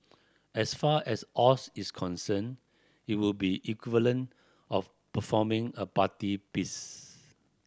as far as Oz is concerned it would be equivalent of performing a party piece